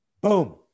boom